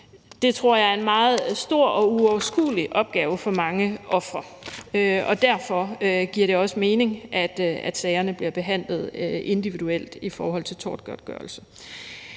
Det tror jeg er en meget stor og uoverskuelig opgave for mange ofre. Derfor giver det også mening, at sagerne bliver behandlet individuelt i forhold til tortgodtgørelse.